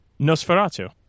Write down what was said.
Nosferatu